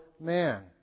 man